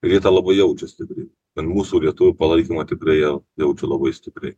ir jie tą labai jaučia stipriai ir mūsų lietuvių palaikymą tikrai jie jaučia labai stipriai